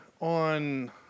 on